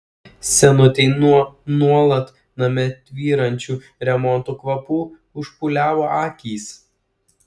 senutei nuo nuolat name tvyrančių remonto kvapų užpūliavo akys